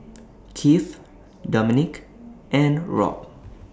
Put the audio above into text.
Kieth Dominque and Rob